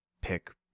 pick